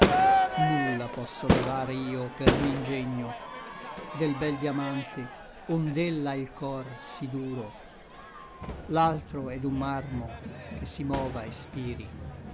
nulla posso levar io per mi ngegno del bel diamante ond'ell'à il cor sí duro l'altro è d'un marmo che si mova et spiri